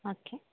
okay